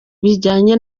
bijyanye